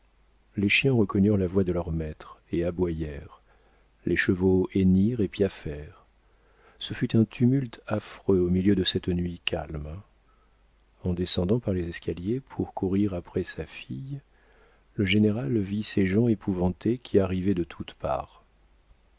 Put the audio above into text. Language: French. les chiens reconnurent alors la voix de leur maître et aboyèrent les chevaux hennirent et piaffèrent ce fut un tumulte affreux au milieu de cette nuit calme en descendant par les escaliers pour courir après sa fille le général vit ses gens épouvantés qui arrivaient de toutes parts